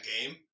game